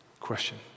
Question